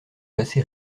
passé